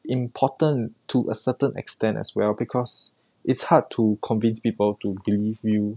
important to a certain extent as well because it's hard to convince people to believe you